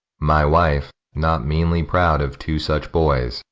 my wife, not meanly proud of two such boys,